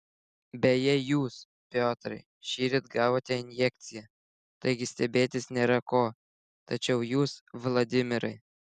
beje jūs piotrai šįryt gavote injekciją taigi stebėtis nėra ko tačiau jūs vladimirai